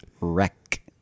Wreck